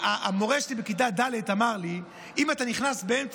המורה שלי בכיתה ד' אמר לי: אם אתה נכנס באמצע